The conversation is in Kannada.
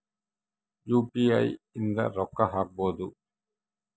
ಯು.ಪಿ.ಐ ಇಂದ ರೊಕ್ಕ ಹಕ್ಬೋದು